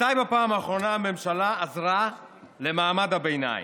מתי בפעם האחרונה הממשלה עזרה למעמד הביניים?